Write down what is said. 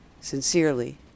sincerely